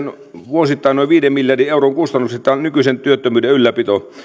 vuosittain noin viiden miljardin euron kustannukset tämän nykyisen työttömyyden ylläpito